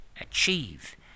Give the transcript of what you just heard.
achieve